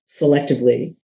selectively